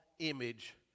image